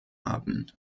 haben